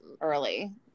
early